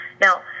Now